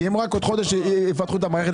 אם למשל רק בעוד חודש יפתחו את המערכת.